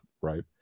right